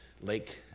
Lake